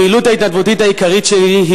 הפעילות ההתנדבותית העיקרית שלי היא